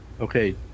Okay